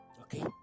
okay